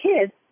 kids